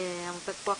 עמותת תפוח,